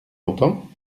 longtemps